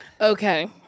Okay